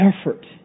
effort